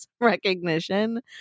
recognition